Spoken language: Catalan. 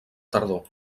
tardor